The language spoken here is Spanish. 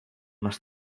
más